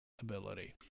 ability